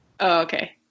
okay